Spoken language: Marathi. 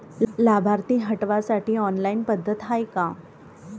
लाभार्थी हटवासाठी ऑनलाईन पद्धत हाय का?